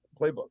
playbook